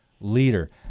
leader